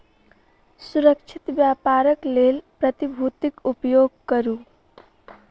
सुरक्षित व्यापारक लेल प्रतिभूतिक उपयोग करू